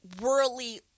worldly